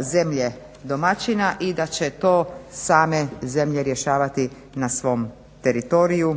zemlje domaćina i da će to same zemlje rješavati na svom teritoriju,